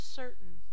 certain